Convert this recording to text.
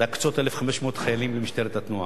להקצות 1,500 חיילים למשטרת התנועה,